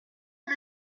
une